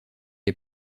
est